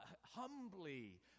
humbly